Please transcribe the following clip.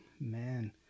man